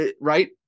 right